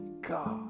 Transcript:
God